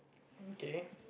okay